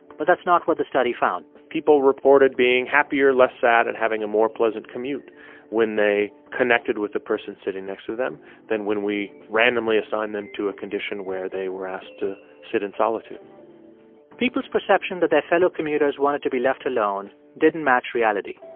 but that's not what the study found people reported being happier, less sad and having a more pleasant commute when they connected with the person sitting next to them than when we randomly assigned them to a condition where they were asked to sit in solitude people's perception that their fellow commuters wanted to be left alone didn't match reality.